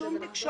על הילד אמרנו,